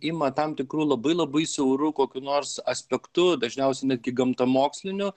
ima tam tikru labai labai siauru kokiu nors aspektu dažniausiai netgi gamtamoksliniu